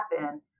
happen